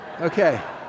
Okay